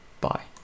Bye